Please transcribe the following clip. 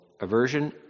aversion